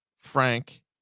frank